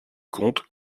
compte